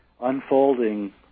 unfolding